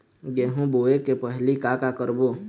गेहूं बोए के पहेली का का करबो?